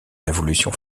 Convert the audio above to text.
révolution